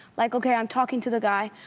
like okay i'm talking to the guy,